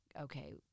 okay